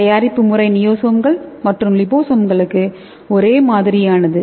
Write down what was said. தயாரிப்பு முறை நியோசோம்கள் மற்றும் லிபோசோம்களுக்கு ஒரே மாதிரியானது